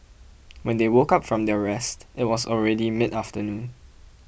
when they woke up from their rest it was already midafternoon